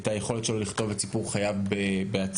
את היכולת שלו לכתוב את סיפור חייו בעצמו.